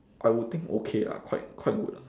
I will think okay lah quite quite good lah